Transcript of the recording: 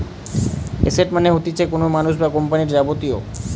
asset মানে হতিছে কোনো মানুষ বা কোম্পানির যাবতীয়